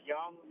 Young